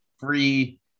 free